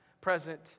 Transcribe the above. present